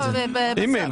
באימייל.